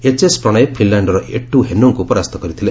HS Prannoy ଫିନ୍ଲାଣ୍ଡର Eetu ହେନୋଙ୍କୁ ପରାସ୍ତ କରିଥିଲେ